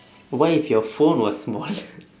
what if your phone was smaller